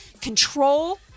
control